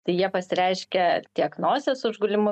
jie pasireiškia tiek nosies užgulimu